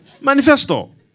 Manifesto